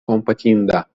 kompatinda